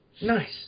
Nice